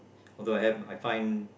although I have I find